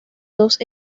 dos